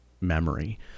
memory